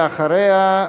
אחריה,